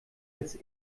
als